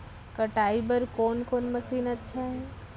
कटाई बर कोन कोन मशीन अच्छा हे?